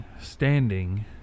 standing